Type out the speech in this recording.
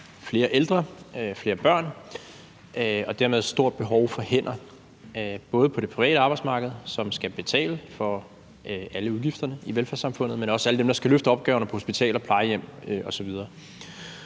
flere ældre og flere børn og dermed et stort behov for hænder på både det private arbejdsmarked, som skal betale for alle udgifterne i velfærdssamfundet, og på det offentlige, hvor de skal løfte opgaverne på hospitaler, plejehjem osv.